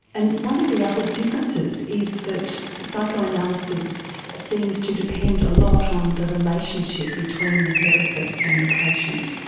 and one of the other differences is that psychoanalysis seems to depend a lot on the relationship between the therapist and the patient.